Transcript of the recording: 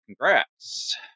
congrats